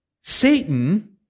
Satan